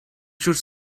should